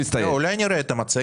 לא, אולי קודם נראה את המצגת?